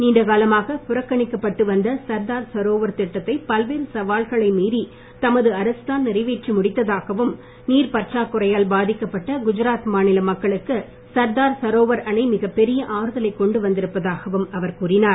நீண்டகாலமாக புறக்கணிக்கப்பட்டு வந்த சர்தார் சரோவர் திட்டத்தை பல்வேறு சவால்களை மீறி தமது அரசு தான் நிறைவேற்றி முடித்ததாகவும் நீர் பற்றாக்குறையால் பாதிக்கப்பட்ட குஜராத் மாநில மக்களுக்கு சர்தார் சரோவர் அணை மிகப் பெரிய ஆறுதலை கொண்டு வந்திருப்பதாகவும் அவர் கூறினார்